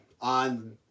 on